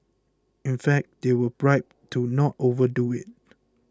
in fact they were bribed to not overdo it